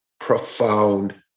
profound